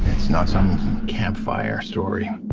it's not some campfire story.